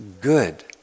good